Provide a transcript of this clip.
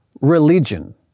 religion